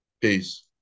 Peace